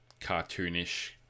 cartoonish